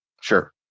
Sure